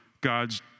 God's